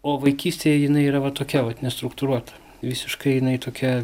o vaikystėje jinai yra tokia vat nestruktūruota visiškai jinai tokia